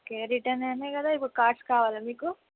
okay return అయ్యాయి కదా ఇప్పుడు కార్డ్స్ కావాలా నీకు